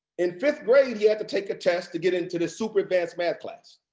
in fifth grade, he had to take a test to get into this super advanced math class.